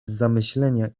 zamyślenia